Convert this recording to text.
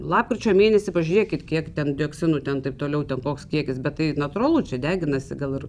lapkričio mėnesį pažiūrėkit kiek ten dioksinų ten taip toliau ten koks kiekis bet tai natūralu čia deginasi gal ir